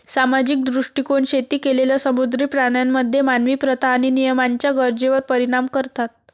सामाजिक दृष्टीकोन शेती केलेल्या समुद्री प्राण्यांमध्ये मानवी प्रथा आणि नियमांच्या गरजेवर परिणाम करतात